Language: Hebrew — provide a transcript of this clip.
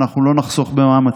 אנחנו לא נחסוך במאמצים,